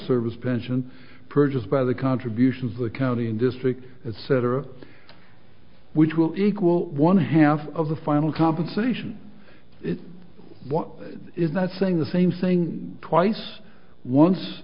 service pension purchased by the contributions the county and district is set or which will equal one half of the final compensation what is not saying the same thing twice once